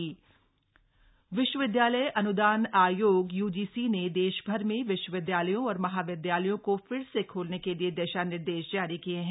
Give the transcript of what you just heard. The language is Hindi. यूजीसी गाइडलाइंस विश्वविद्यालय अन्दान आयोग यूजीसी ने देशभर में विश्वविद्यालयों और महाविद्यालयों को फिर से खोलने के लिए दिशा निर्देश जारी किये हैं